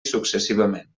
successivament